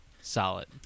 Solid